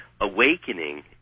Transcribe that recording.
awakening